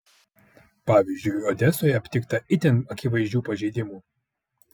pavyzdžiui odesoje aptikta itin akivaizdžių pažeidimų